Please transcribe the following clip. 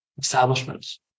establishments